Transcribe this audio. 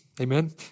Amen